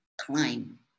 climb